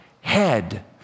head